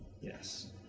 Yes